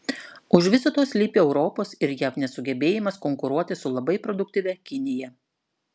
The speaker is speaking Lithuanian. už viso to slypi europos ir jav nesugebėjimas konkuruoti su labai produktyvia kinija